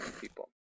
people